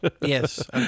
Yes